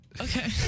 Okay